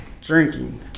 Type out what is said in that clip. drinking